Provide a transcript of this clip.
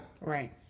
Right